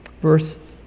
verse